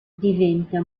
diventa